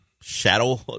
shadow